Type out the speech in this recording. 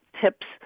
tips